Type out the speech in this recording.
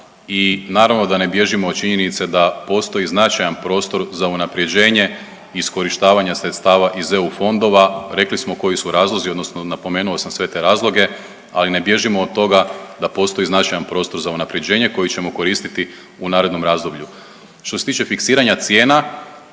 i naravno da ne bježimo od činjenice da postoji značajan prostor za unapređenje iskorištavanja sredstava iz EU fondova. Rekli smo koji su razlozi, odnosno napomenuo sam sve te razloge. Ali ne bježimo od toga da postoji značajan prostor za unapređenje koji ćemo koristiti u narednom razdoblju. Što se tiče fiksiranja cijena